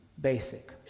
basic